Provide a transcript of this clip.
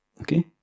okay